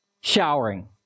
showering